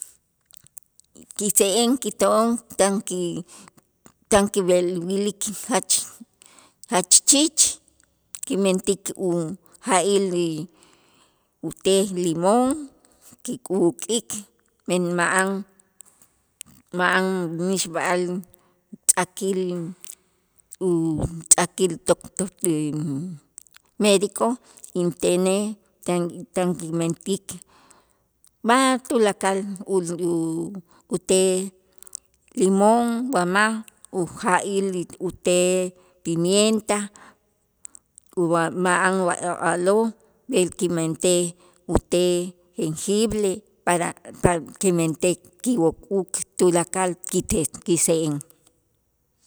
Kise'en kito'on tan ki tan kib'el wilik jach jach chich kimentik uja'il ute' limón kik'äk'ik' men ma'an ma'an mixb'a'al utz'akil utz'akil doc tor médico intenej tan tan inmentik wa tulakal ulu- ute' limón wa ma' uja'il ute' pimienta u b'a ma'an a'lo' b'el kimentej ute' jenjibre para kimentej kiwuk'äk' tulakal kites kise'en.